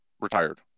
retired